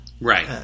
Right